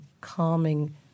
calming